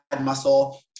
muscle